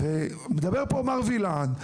מדבר פה מר וילן,